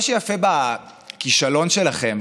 מה שיפה בכישלון שלכם,